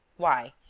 why,